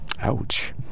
ouch